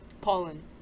Pollen